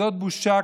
כזאת בושה,